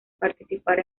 participar